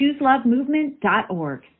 chooselovemovement.org